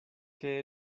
que